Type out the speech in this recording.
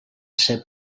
ser